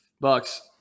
Bucks